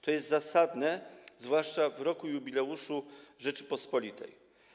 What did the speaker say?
To jest zasadne zwłaszcza w roku jubileuszu Rzeczypospolitej.